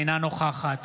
אינה נוכחת